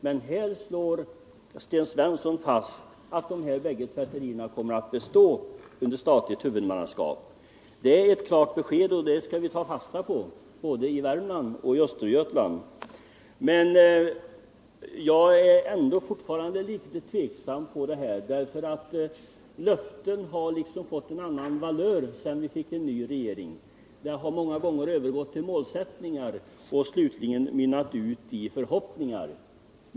Men nu slår Sten Svensson fast att dessa båda tvätterier kommer att bestå under statligt huvudmannaskap. Det är som sagt ett klart besked som vi skall ta fasta på i både Värmland och Östergötland. Jag är emellertid fortfarande litet tveksam, därför att löften har liksom fått en annan valör sedan vi fick ny regering; de har många gånger övergått till målsättningar för att slutligen mynna ut i förhoppningar.